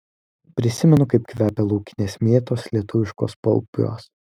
prisimenu kaip kvepia laukinės mėtos lietuviškuos paupiuos